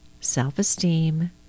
self-esteem